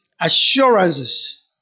assurances